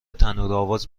تنورآواز